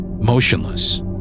motionless